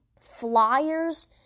Flyers